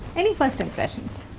any first impressions?